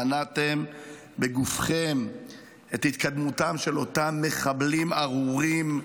מנעתם בגופכם את התקדמותם של אותם מחבלים ארורים,